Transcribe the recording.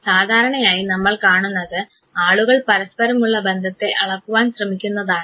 സാധാരണയായി നമ്മൾ കാണുന്നത് ആളുകൾ പരസ്പരമുള്ള ബന്ധത്തെ അളക്കുവാൻ ശ്രമിക്കുന്നതാണ്